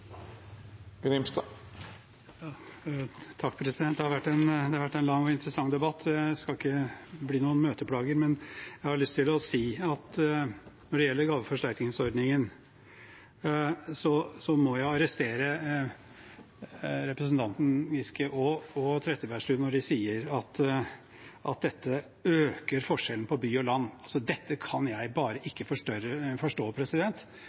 Det har vært en lang og interessant debatt. Jeg skal ikke bli noen møteplager, men jeg har lyst til å si at når det gjelder gaveforsterkningsordningen, må jeg arrestere representantene Giske og Trettebergstuen når de sier at dette øker forskjellene mellom by og land. Dette kan jeg bare ikke forstå.